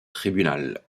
tribunal